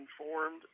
informed